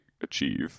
achieve